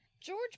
George